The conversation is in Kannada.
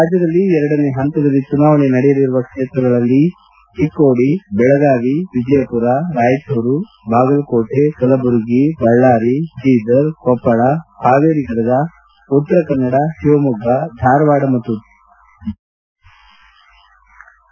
ರಾಜ್ಯದಲ್ಲಿ ಎರಡನೇ ಹಂತದಲ್ಲಿ ಚುನಾವಣೆ ನಡೆಯಲಿರುವ ಕ್ಷೇತ್ರಗಳಲ್ಲಿ ಚಿಕ್ಕೋಡಿ ಬೆಳಗಾವಿ ವಿಜಯಪುರ ರಾಯಚೂರು ಬಾಗಲಕೋಟೆ ಕಲಬುರಗಿ ಬಳ್ಳಾರಿ ಬೀದರ್ ಕೊಪ್ಪಳ ಹಾವೇರಿ ಗದಗ ಉತ್ತರ ಕನ್ನಡ ಶಿವಮೊಗ್ಗ ಧಾರವಾಡ ಮತ್ತು ದಾವಣಗೆರೆ ಸೇರಿವೆ